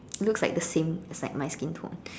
looks like the same it's like my skin tone